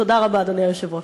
תודה רבה, אדוני היושב-ראש.